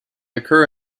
occur